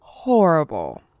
Horrible